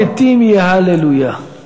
לא המתים יהללו יה.